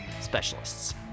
Specialists